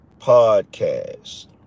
podcast